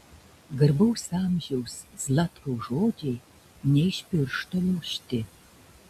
garbaus amžiaus zlatkaus žodžiai ne iš piršto laužti